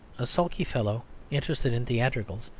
a sulky fellow interested in theatricals,